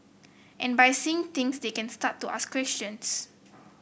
and by seeing things they can start to ask questions